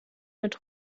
mit